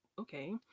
okay